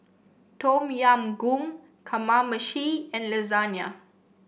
Tom Yam Goong Kamameshi and Lasagna